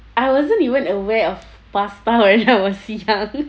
I wasn't even aware of pasta when I was young